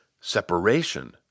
separation